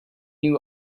knew